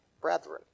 brethren